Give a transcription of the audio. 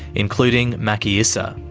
including maki issa.